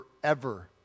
forever